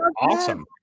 awesome